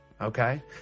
Okay